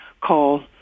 call